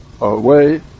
away